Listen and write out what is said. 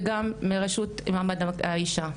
וגם מהרשות למעמד האישה.